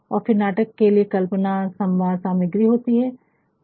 और फिर नाटक के लिए कल्पना और संवाद सामग्री होती है